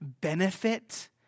benefit